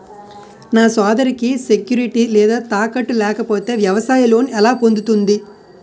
నా సోదరికి సెక్యూరిటీ లేదా తాకట్టు లేకపోతే వ్యవసాయ లోన్ ఎలా పొందుతుంది?